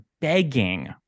begging